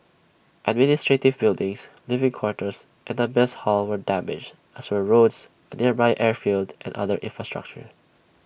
administrative buildings living quarters and A mess hall were damaged as were roads A nearby airfield and other infrastructure